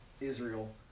Israel